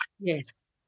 Yes